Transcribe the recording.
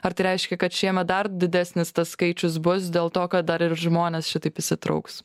ar tai reiškia kad šiemet dar didesnis tas skaičius bus dėl to kad dar ir žmonės šitaip įsitrauks